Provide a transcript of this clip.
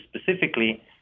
specifically